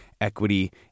equity